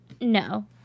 No